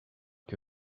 que